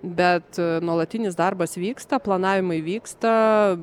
bet nuolatinis darbas vyksta planavimai vyksta